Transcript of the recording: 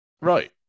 Right